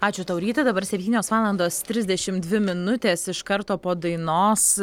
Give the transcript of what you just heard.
ačiū tau ryti dabar septynios valandos trisdešimt dvi minutės iš karto po dainos